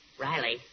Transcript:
Riley